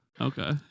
Okay